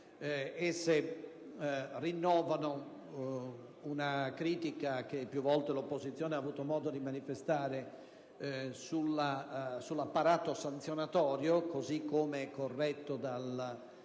esse rinnovano una critica che più volte l'opposizione ha avuto modo di manifestare sull'apparato sanzionatorio, così come corretto dal decreto